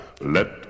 let